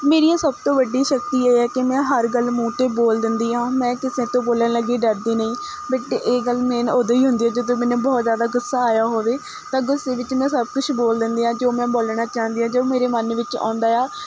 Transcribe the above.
ਮੇਰੀ ਇਹ ਸਭ ਤੋਂ ਵੱਡੀ ਸ਼ਕਤੀ ਇਹ ਹੈ ਕਿ ਮੈਂ ਹਰ ਗੱਲ ਮੂੰਹ 'ਤੇ ਬੋਲ ਦਿੰਦੀ ਹਾਂ ਮੈਂ ਕਿਸੇ ਤੋਂ ਬੋਲਣ ਲੱਗੇ ਡਰਦੀ ਨਹੀਂ ਬਟ ਇਹ ਗੱਲ ਮੇਨ ਉਦੋਂ ਹੀ ਹੁੰਦੀ ਹੈ ਜਦੋਂ ਮੈਨੂੰ ਬਹੁਤ ਜ਼ਿਆਦਾ ਗੁੱਸਾ ਆਇਆ ਹੋਵੇ ਤਾਂ ਗੁੱਸੇ ਵਿੱਚ ਮੈਂ ਸਭ ਕੁਛ ਬੋਲ ਦਿੰਦੀ ਹਾਂ ਜੋ ਮੈਂ ਬੋਲਣਾ ਚਾਹੁੰਦੀ ਹਾਂ ਜੋ ਮੇਰੇ ਮਨ ਵਿੱਚ ਆਉਂਦਾ ਆ